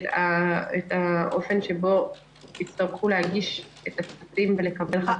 את האופן שבו יצטרכו להגיש את הטפסים ולקבל את המענק.